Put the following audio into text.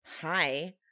hi